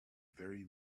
very